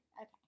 okay